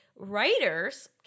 writers